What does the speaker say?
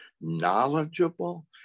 knowledgeable